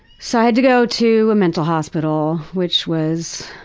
so i had to go to a mental hospital. which was.